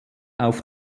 auf